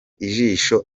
ijisho